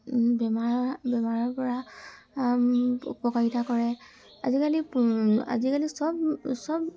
বেমাৰ বেমাৰৰপৰা উপকাৰিতা কৰে আজিকালি আজিকালি চব চব